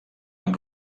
amb